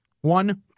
one